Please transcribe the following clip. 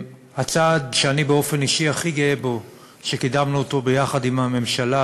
הצעד שאני באופן אישי הכי גאה שקידמנו אותו ביחד עם הממשלה,